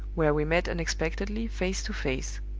where we met unexpectedly, face to face.